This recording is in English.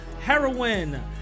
heroin